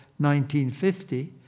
1950